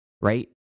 Right